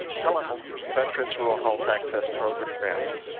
telehealth, and veterans rural health access programs.